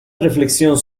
reflexión